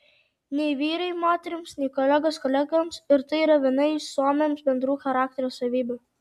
nei vyrai moterims nei kolegos kolegoms ir tai yra viena iš suomiams bendrų charakterio savybių